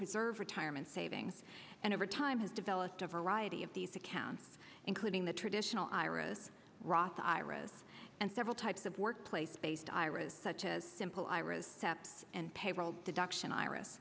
preserve retirement saving and over time have developed a variety of these accounts including the traditional iras roth iras and several types of workplace based iras such as simple iras step and payroll deduction ir